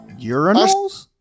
Urinals